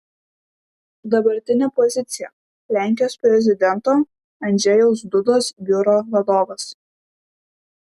dabartinė pozicija lenkijos prezidento andžejaus dudos biuro vadovas